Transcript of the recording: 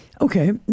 Okay